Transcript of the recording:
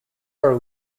are